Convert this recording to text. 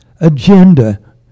agenda